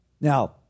now